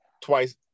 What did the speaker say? twice